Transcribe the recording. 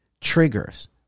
triggers